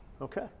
Okay